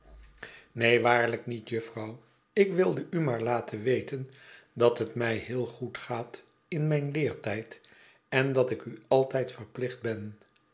neen waarlijk niet jufvrouw ik wilde u maar laten weten dat het mij heel goed gaat in mijn leertijd en dat ik u altijd verplicht ben